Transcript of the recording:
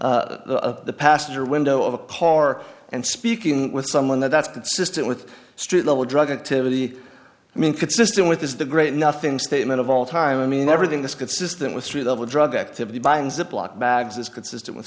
into up the passenger window of a park and speaking with someone that's consistent with street level drug activity i mean consistent with this is the great nothing statement of all time i mean everything this consistent with street level drug activity behind ziploc bags is consistent with